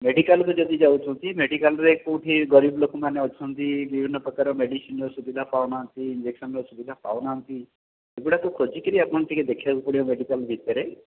ମେଡ଼ିକାଲକୁ ଯଦି ଯାଉଛନ୍ତି ମେଡ଼ିକାଲରେ କେଉଁଠି ଗରିବ ଲୋକମାନେ ଅଛନ୍ତି ବିଭିନ୍ନ ପ୍ରକାର ମେଡ଼ିସିନର ସୁବିଧା ପାଉନାହାନ୍ତି ଇଞ୍ଜେକସନର ସୁବିଧା ପାଉନାହାନ୍ତି ଏଗୁଡ଼ାକ ଖୋଜି କରି ଟିକେ ଆପଣଙ୍କୁ ଦେଖିବାକୁ ପଡ଼ିବ ମେଡ଼ିକାଲ ଭିତରେ